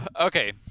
Okay